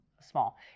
small